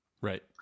right